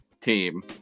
team